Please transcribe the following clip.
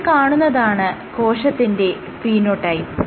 ഈ കാണുന്നതാണ് കോശത്തിന്റെ ഫീനോടൈപ്പ്